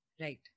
Right